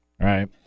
right